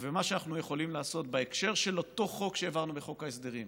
ומה שאנחנו יכולים לעשות בהקשר של אותו חוק שהעברנו בחוק ההסדרים,